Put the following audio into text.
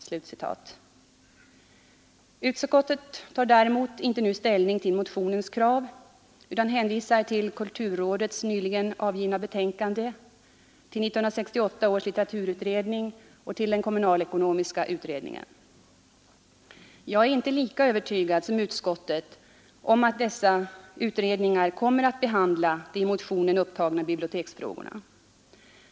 Däremot tar utskottet inte nu ställning till motionens krav utan hänvisar till kulturrådets nyligen avgivna betänkande, till 1968 års litteraturutredning och till den kommunalekonomiska utredningen. Jag är inte lika övertygad som utskottet om att dessa utredningar kommer att behandla de i motionen upptagna biblioteksfrågorna.